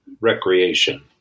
recreation